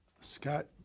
Scott